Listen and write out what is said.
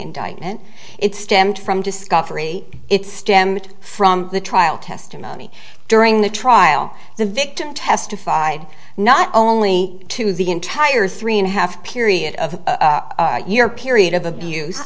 indictment it stemmed from discovery it stemmed from the trial testimony during the trial the victim testified not only to the entire three and a half period of a year period of abuse